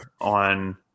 on